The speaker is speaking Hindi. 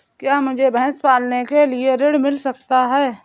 क्या मुझे भैंस पालने के लिए ऋण मिल सकता है?